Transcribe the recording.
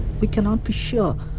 we cannot be sure,